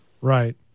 Right